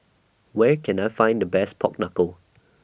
Where Can I Find The Best Pork Knuckle